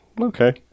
Okay